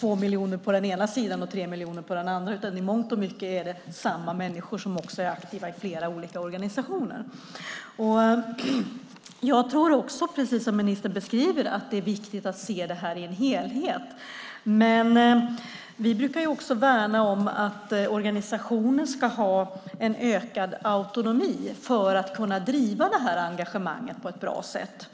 två miljoner på ena sidan och tre miljoner på den andra, utan i mångt och mycket är det samma människor som är aktiva i flera olika organisationer. Jag tror också, precis som ministern beskriver, att det är viktigt att se detta som en helhet. Vi brukar också värna om att organisationer ska ha en ökad autonomi för att kunna driva det här engagemanget på ett bra sätt.